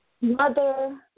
Mother